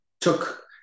took